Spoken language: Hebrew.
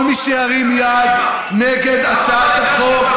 כל מי שירים יד נגד הצעת החוק,